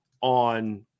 on